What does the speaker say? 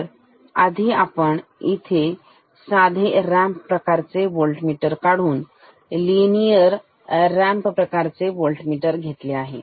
तर आधी आपण इथे साधे रॅम्प प्रकारचे व्होल्टमीटर काढून लिनियर रॅम्प प्रकारचे व्होल्टमीटर घेतले आहे